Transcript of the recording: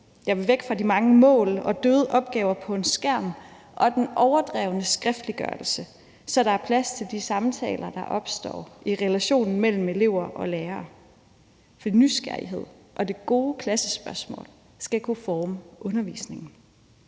Jeg vil væk fra de mange mål og døde opgaver på en skærm og den overdrevne skriftliggørelse, så der er plads til de samtaler, der opstår i relationen mellem elever og lærere. For nysgerrighed og det gode klassespørgsmål skal kunne forme undervisningen